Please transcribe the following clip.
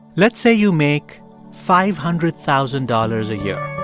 let's say you make five hundred thousand dollars a year